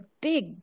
big